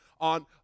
on